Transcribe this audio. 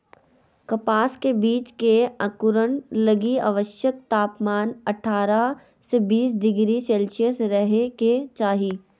कपास के बीज के अंकुरण लगी आवश्यक तापमान अठारह से बीस डिग्री सेल्शियस रहे के चाही